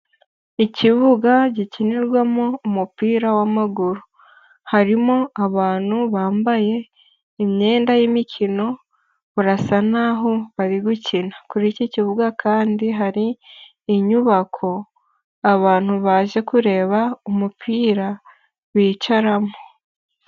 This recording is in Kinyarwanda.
Ikibuga gikinirwamo umupira w'amaguru, harimo abantu bambaye imyenda y'imikino, barasa naho bari gukina, kuri iki kibuga kandi hari inyubako, abantu baje kureba umupira bicaramo.